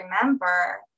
remember